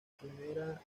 primera